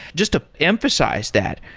just to emphasize that.